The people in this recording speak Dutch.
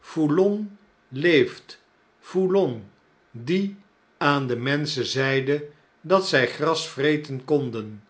foulon leeftl foulon die aan de menschen zeide dat zij gras vreten konden